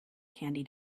candy